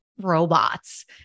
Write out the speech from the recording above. robots